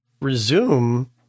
resume